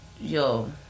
Yo